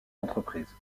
entreprises